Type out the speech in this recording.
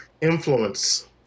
influence